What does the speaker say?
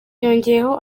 yongeyeho